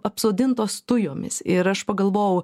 apsodintos tujomis ir aš pagalvojau